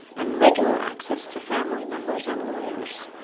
and regular access to family members and lawyers.